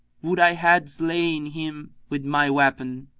would i had slain him with my weapon!